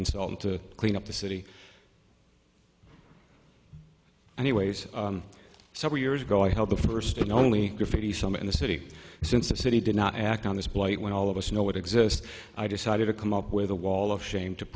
consultant to clean up the city anyways several years ago i held the first and only graffiti some in the city since the city did not act on this blight when all of us know it exists i decided to come up with a wall of shame to